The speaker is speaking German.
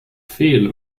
fehl